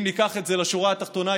אם ניקח את זה לשורה התחתונה,